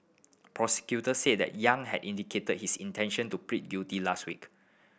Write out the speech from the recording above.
prosecutors said that Yang had indicated his intention to plead guilty last week